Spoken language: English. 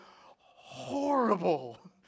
horrible